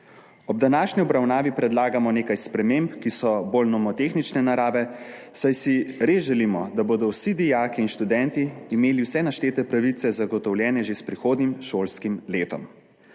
Ob današnji obravnavi predlagamo nekaj sprememb, ki so bolj nomotehnične narave, saj si res želimo, da bodo vsi dijaki in študenti imeli vse naštete pravice zagotovljene že s prihodnjim šolskim letom.